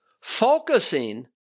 Focusing